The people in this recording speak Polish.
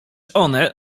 one